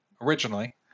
originally